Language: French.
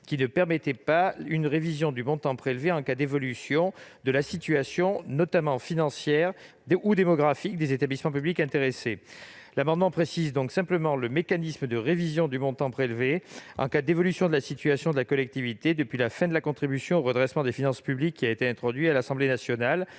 qui ne permettait pas une révision du montant prélevé en cas d'évolution « de la situation, notamment financière ou démographique, des établissements publics intéressés ». Le présent amendement tend simplement à préciser le mécanisme de révision du montant prélevé en cas d'évolution de la situation de la collectivité depuis la fin de la contribution au redressement des finances publiques introduit à l'Assemblée nationale.